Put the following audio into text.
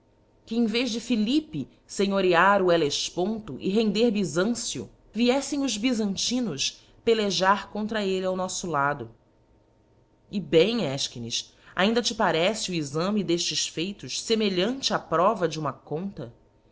que em vez de philippe fenhorear o hellefponto e render byzancip vieflem os bizantina pelejar contra elle ao noffo lado e bem efchines ainda te parece o exame d'eftes feitos femelhanie á prova de uma conta